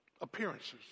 Appearances